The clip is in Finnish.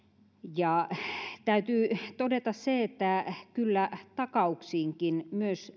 ja täytyy todeta se että kyllä takauksiinkin